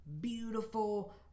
beautiful